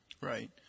Right